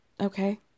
Okay